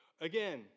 Again